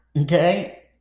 okay